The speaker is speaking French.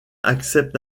accepte